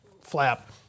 flap